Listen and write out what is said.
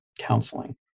counseling